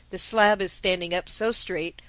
the slab is standing up so straight,